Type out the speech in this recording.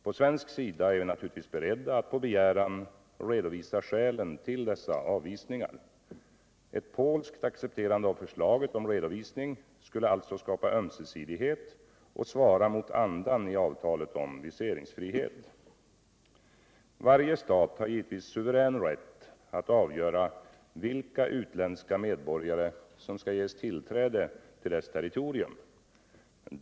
På svensk sida är vi naturligtvis beredda att på begäran redovisa skälen till dessa avvisningar. Ett polskt accepterande av förslaget om redovisning skulle alltså skapa ömsesidighet och svara mot andan 1 avtalet om viseringsfrihet. Varje stat har givetvis suverän rätt att avgöra vilka utländska medborgare som skall ges tillträde till dess territorium.